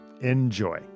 Enjoy